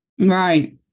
Right